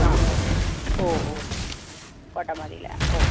ആ ഓ ഓ ഓ കോട്ടൺ മതി അല്ലേ ഓ